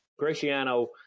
graciano